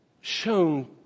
shown